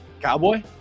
Cowboy